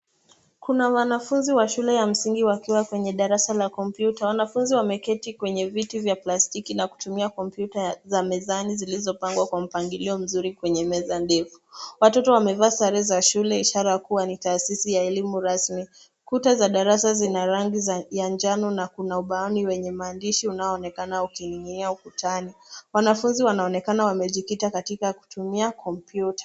Kuna wanafunzi wa shule ya msingi wakiwa kwenye darasa la kompyuta. Wanafunzi wameketi kwenye viti vya plastiki na kutumia kompyuta za mezani zilizopangwa kwa mpangilio mzuri kwenye meza ndefu. Watoto wamevaa sare za shule ishara kuwa ni taasisi ya elimu rasmi. Kuta za darasa lina rangi ya njano na kuna ubao wenye maandishi unaoonekana ukinin'ginia ukutani. Wanafunzi wanaonekana wamejikita katika kutumia kompyuta.